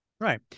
Right